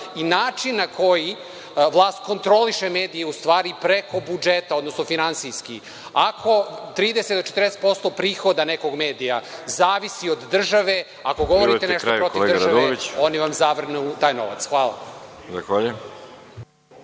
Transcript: i način na koji vlast kontroliše medije u stvari preko budžeta, odnosno finansijski. Ako 30 do 40 posto prihoda nekog medija zavisi od države, ako govorite nešto protiv države, oni vam zavrnu taj novac. Hvala.